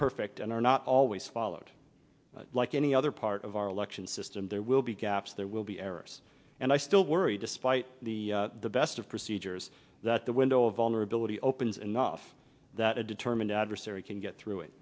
perfect and are not always followed like any other part of our election system there will be gaps there will be errors and i still worry despite the best of procedures that the window of vulnerability opens enough that a determined adversary can get through it